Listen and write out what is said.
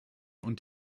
und